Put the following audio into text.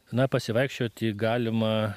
na pasivaikščioti galima